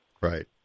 Right